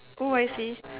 oh I see